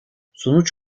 sonuç